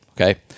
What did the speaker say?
okay